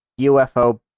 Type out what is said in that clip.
UFO